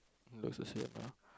looks the same ah